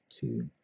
two